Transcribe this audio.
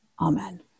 Amen